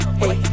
hey